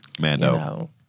Mando